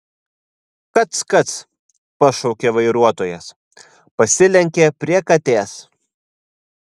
kac kac pašaukė vairuotojas pasilenkė prie katės